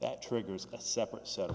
that triggers a separate set of